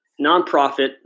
nonprofit